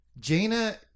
Jaina